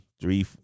three